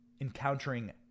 encountering